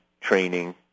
training